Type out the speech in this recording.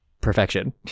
perfection